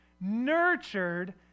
nurtured